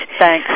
Thanks